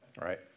Right